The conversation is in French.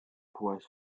poids